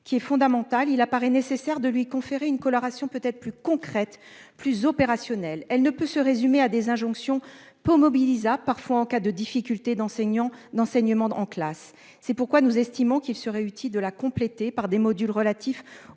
qui est fondamental, il est nécessaire de lui conférer une coloration plus concrète et opérationnelle. Elle ne saurait se résumer à des injonctions peu mobilisables en cas de difficultés d'enseignement en classe. C'est pourquoi il serait utile de la compléter par des modules relatifs